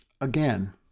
again